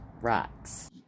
Rocks